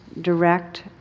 direct